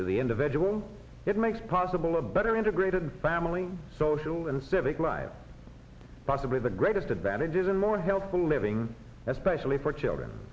to the individual it makes possible a better integrated family social and civic life possibly the greatest advantages and more healthful living especially for children